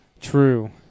true